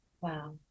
Wow